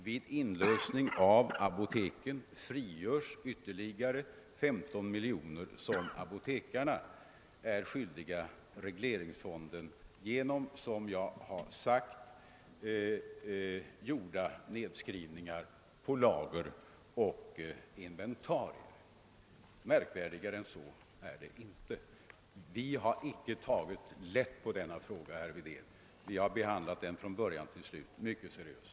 Vid inlösning av apoteken frigörs ytterligare 15 miljoner kronor, som apotekarna är skyldiga regleringsfonden på grund av, som jag sagt, gjorda nedskrivningar på lager och inventarier. Märkvärdigare än så är det inte. Vi har icke tagit lätt på denna fråga, herr Wedén. Vi har från början till slut behandlat den mycket seriöst.